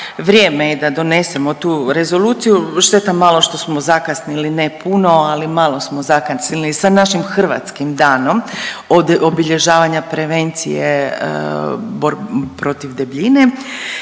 vrijeme je donesemo tu rezoluciju, šteta malo što smo zakasnili, ne puno, ali malo smo zakasnili sa našim hrvatskim danom od obilježavanja prevencije protiv debljine.